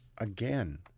again